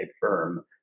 firm